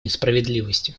несправедливостью